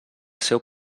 seu